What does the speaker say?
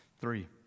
Three